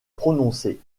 prononcé